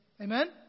Amen